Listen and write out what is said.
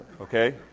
Okay